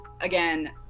again